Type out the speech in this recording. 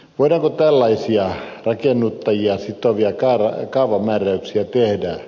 voidaanko tällaisia rakennuttajia sitovia kaavamääräyksiä tehdä